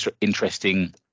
interesting